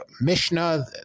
Mishnah